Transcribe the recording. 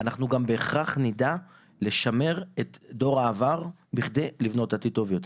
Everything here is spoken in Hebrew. אנחנו גם בהכרח נדע לשמר את דור העבר בכדי לבנות עתיד טוב יותר.